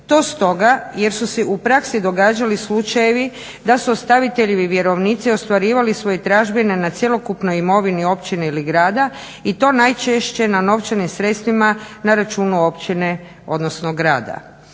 To stoga jer su se u praksi događali slučajevi da su ostaviteljevi vjerovnici ostvarivali svoje tražbine na cjelokupnoj imovini općine ili grad i to najčešće na novčanim sredstvima na računu općine odnosno grada.